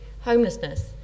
homelessness